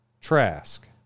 Trask